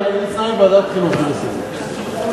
בסדר.